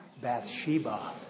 Bathsheba